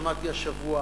שמעתי השבוע.